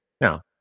Now